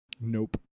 Nope